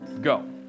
go